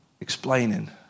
explaining